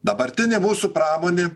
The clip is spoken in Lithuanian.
dabartinė mūsų pramonė